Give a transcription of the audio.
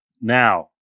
Now